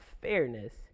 fairness